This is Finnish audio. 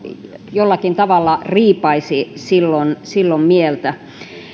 jollakin tavalla riipaisi silloin silloin mieltä